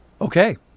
Okay